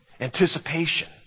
anticipation